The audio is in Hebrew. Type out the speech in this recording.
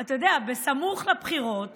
אתה יודע, סמוך לבחירות